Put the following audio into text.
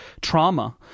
trauma